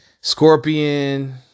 Scorpion